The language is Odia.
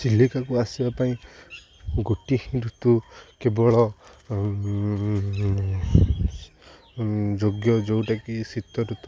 ଚିଲିକାକୁ ଆସିବା ପାଇଁ ଗୋଟିଏ ଋତୁ କେବଳ ଯୋଗ୍ୟ ଯେଉଁଟାକି ଶୀତ ଋତୁ